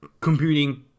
computing